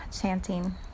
chanting